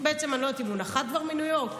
בעצם אני לא יודעת אם הוא כבר נחת מניו יורק,